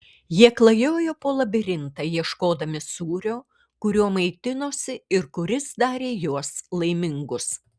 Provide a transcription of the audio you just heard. jie klajojo po labirintą ieškodami sūrio kuriuo maitinosi ir kuris darė juos laimingus